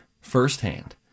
firsthand